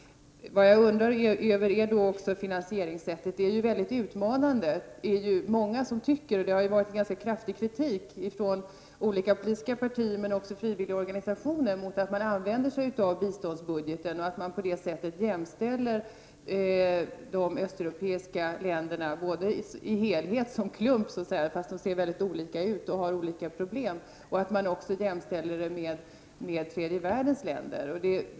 När det gäller finansieringssättet är det många som tycker att det är väldigt utmanande. Det har ju anförts en ganska kraftig kritik från olika politiska partier, men också från frivilligorganisationer, mot att man använder biståndsbudgeten och på det sättet jämställer de östeuropeiska länderna så att säga i klump, fast de ser mycket olika ut och har olika problem, och också jämställer dem med tredje världens länder.